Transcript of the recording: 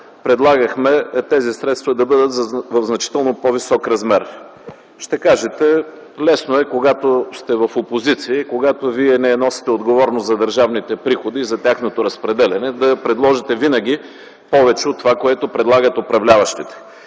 предлагахме тези средства да бъдат в значително по-висок размер. Ще кажете: лесно е, когато сте в опозиция и когато вие не носите отговорност за държавните приходи и за тяхното разпределяне, да предложите винаги повече от това, което предлагат управляващите.